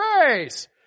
grace